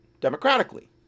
democratically